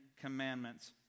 Commandments